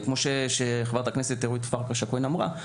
כמו שחברת הכנסת אורית פרקש הכהן אמרה,